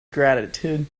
gratitude